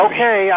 Okay